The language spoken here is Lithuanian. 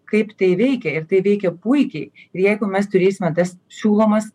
kaip tai veikia ir tai veikia puikiai ir jeigu mes turėsime tas siūlomas